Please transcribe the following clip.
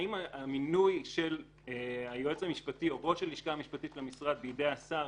המינוי של היועץ המשפטי או ראש הלשכה המשפטית למשרד בידי השר,